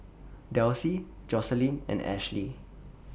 Delsie Joseline and Ashlee